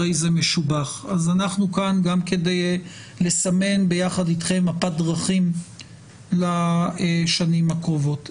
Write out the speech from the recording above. הרי זה משובח אז אנחנו כאן כדי לסמן ביחד אתכם מפת דרכים לשנים הקרובות.